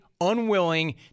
unwilling